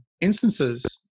instances